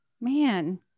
man